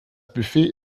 buffet